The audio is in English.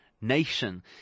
nation